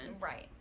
right